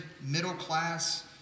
middle-class